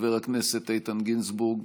חבר הכנסת איתן גינזבורג,